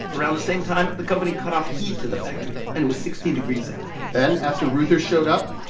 around the same time, the company cut off heat to the factory, and it was sixteen degrees out then, after reuther showed up,